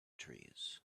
trees